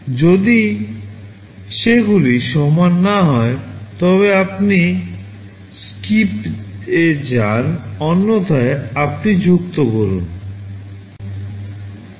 যদি সেগুলি সমান না হয় তবে আপনি SKIP এ যান অন্যথায় আপনি যুক্ত করেন